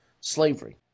slavery